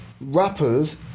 rappers